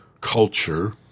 culture